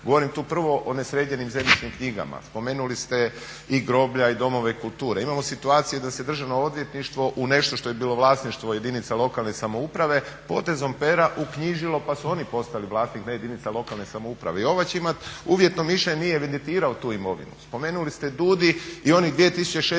Govorim tu prvo o nesređenim zemljišnim knjigama. Spomenuli ste i groblja i domove kulture. Imamo situacije da se Državno odvjetništvo u nešto što je bilo vlasništvo jedinica lokalne samouprave potezom pera uknjižilo pa su oni postali vlasnik … jedinica lokalne samouprave i ova će imat uvjetno mišljenje, nije evidentirao tu imovinu. Spomenuli ste DUUDI i onih 2690